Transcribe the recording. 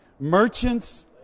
Merchants